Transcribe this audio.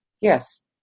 Yes